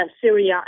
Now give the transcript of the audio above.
Syria